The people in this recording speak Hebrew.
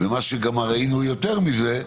וראינו גם יותר מזה,